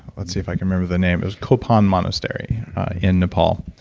let's see if i can remember the name. it was kopan monastery in nepal.